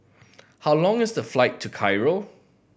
how long is the flight to Cairo